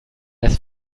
das